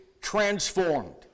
transformed